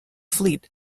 fleet